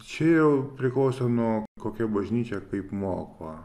čia jau priklauso nuo kokia bažnyčia kaip moko